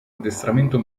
addestramento